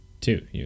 Two